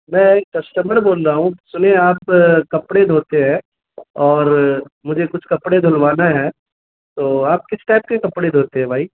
میں کسٹمر بول رہا ہوں سنیے آپ کپڑے دھوتے ہیں اور مجھے کچھ کپڑے دھلوانا ہے تو آپ کس ٹائپ کے کپڑے دھوتے ہیں بھائی